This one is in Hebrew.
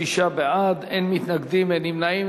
36 בעד, אין מתנגדים, אין נמנעים.